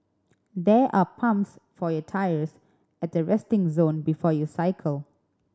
there are pumps for your tyres at the resting zone before you cycle